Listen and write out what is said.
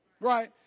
Right